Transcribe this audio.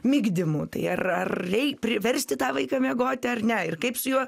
migdymu tai ar ar rei priversti tą vaiką miegoti ar ne ir kaip su juo